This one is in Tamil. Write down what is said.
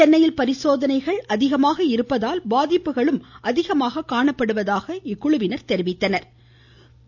சென்னையில் பரிசோதனைகள் அதிகமாக இருப்பதால் பாதிப்புகளும் அதிகமாக காணப்படுவதாக கூறினர்